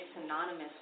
synonymous